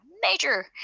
major